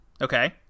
okay